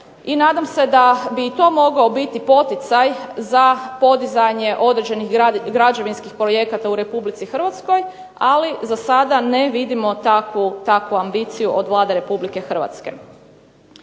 i nadam se da bi i to mogao biti poticaj za podizanje određenih građevinskih projekata u Republici Hrvatskoj, ali za sada ne vidimo takvu ambiciju od Vlade Republike Hrvatske.